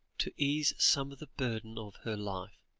to ease some of the burden of her life,